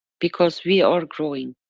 because, we are growing,